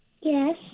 Yes